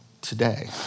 today